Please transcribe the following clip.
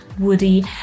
woody